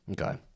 okay